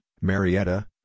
Marietta